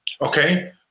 Okay